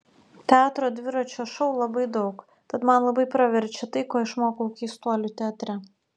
teatro dviračio šou labai daug tad man labai praverčia tai ko išmokau keistuolių teatre